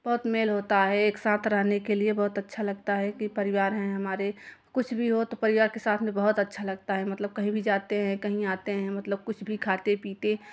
बहुत मेल होता है एक सांथ रहने के लिए बहुत अच्छा लगता है कि परिवार हैं हमारे कुछ भी हो तो परिवार के साथ में बहुत अच्छा लगता है मतलब कहीं भी जाते हैं कहीं आते हैं मतलब कुछ भी खाते पीते